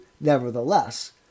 nevertheless